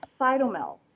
Cytomel